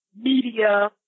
media